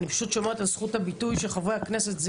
אני פשוט שומרת על זכות הביטוי של חברי הכנסת,